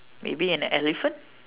maybe an elephant